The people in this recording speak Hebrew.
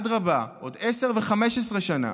ואדרבה, עוד עשר ו-15 שנה.